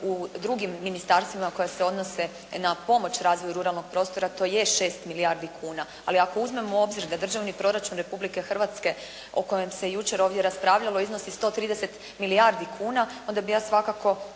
u drugim ministarstvima koji se odnose na pomoć u razvoju ruralnog prostora, to je 6 milijardi kuna. Ali ako uzmemo u obzir da državni proračun Republike Hrvatske o kojem se jučer ovdje raspravljalo iznosi 130 milijardi kuna, onda bi ja svakako